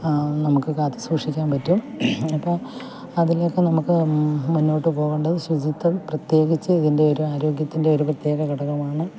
നമുക്ക് കാത്തുസൂക്ഷിക്കാൻ പറ്റും അതിപ്പോൾ അതിലൊക്കെ നമുക്ക് മുന്നോട്ട് പോകേണ്ടത് ശുചിത്വം പ്രതേകിച്ച് ഇതിൻ്റെ ഒരു ആരോഗ്യത്തിൻ്റെ ഒരു പ്രതേക ഘടകമാണ്